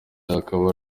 akaba